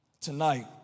tonight